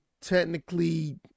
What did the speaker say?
technically